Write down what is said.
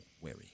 wary